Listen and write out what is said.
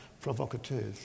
provocateurs